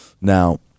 Now